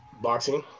boxing